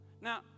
Now